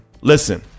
Listen